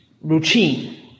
routine